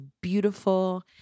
beautiful